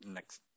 Next